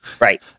Right